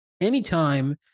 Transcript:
Anytime